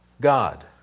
God